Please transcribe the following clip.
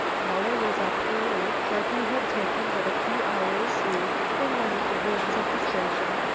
muller was up early, for he had taken but a few hours sleep in one of the rooms of the station,